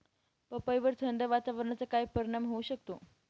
पपईवर थंड वातावरणाचा काय परिणाम होऊ शकतो?